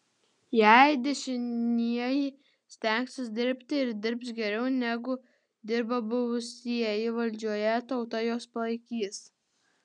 jei dešinieji stengsis dirbti ir dirbs geriau negu dirbo buvusieji valdžioje tauta juos palaikys